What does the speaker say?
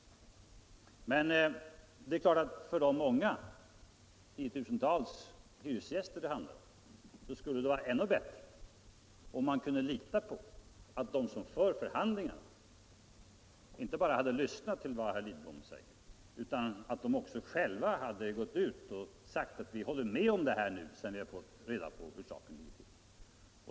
Men det är klart att för de många tiotusental hyresgäster som det handlar om skulle det vara ännu bättre om man kunde lita på att de som för förhandlingarna inte bara hade lyssnat till vad herr Lidbom säger utan också rättar sig efter det sagda.